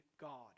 God